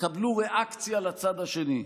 תקבלו ריאקציה לצד השני.